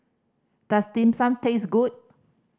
does Dim Sum taste good